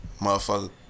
motherfucker